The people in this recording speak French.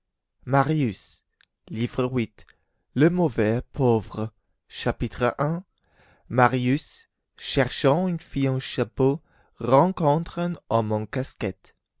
livre huitième le mauvais pauvre chapitre i marius cherchant une fille en chapeau rencontre un homme en casquette